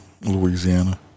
Louisiana